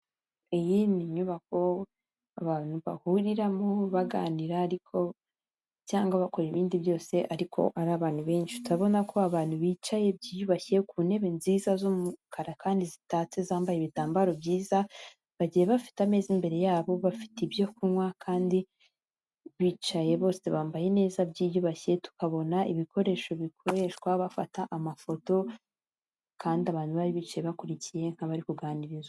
Iyi ni inyubako abantu bahuriramo baganira ariko cyangwa bakora ibindi byose ariko ari abantu benshi. Turabona ko abantu bicaye byiyubashye ku ntebe nziza z'umukara kandi zitatse zambaye ibitambaro byiza, bagiye bafite ameza imbere yabo, bafite ibyo kunywa kandi bicaye bose bambaye neza byiyubashye. Tukabona ibikoresho bikoreshwa bafata amafoto, kandi abantu bari bicaye bakurikiye nk'bari kuganiririzwa.